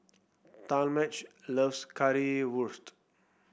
Talmage loves Currywurst